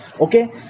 okay